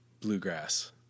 bluegrass